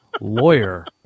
lawyer